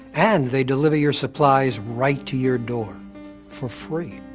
and they deliver your supplies right to your door for free.